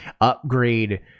upgrade